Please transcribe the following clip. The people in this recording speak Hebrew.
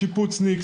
שיפוצניק,